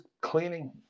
cleaning